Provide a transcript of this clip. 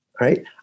right